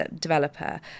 developer